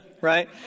right